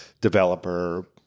developer